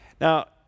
Now